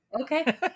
Okay